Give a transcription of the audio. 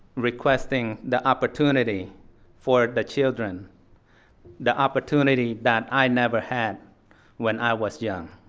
requesting the opportunity for the children the opportunity that i never had when i was young.